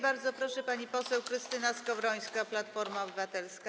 Bardzo proszę, pani poseł Krystyna Skowrońska, Platforma Obywatelska.